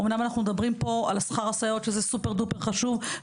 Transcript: אמנם אנחנו מדברים פה על שכר הסייעות שזה סופר דופר חשוב,